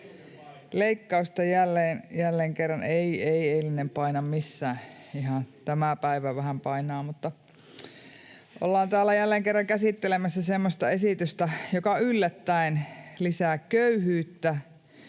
eilinen paina?] — Ei, ei eilinen paina missään. Ihan tämä päivä vähän painaa. — Ollaan täällä jälleen kerran käsittelemässä semmoista esitystä, joka yllättäen lisää köyhyyttä